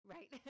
Right